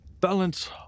Balance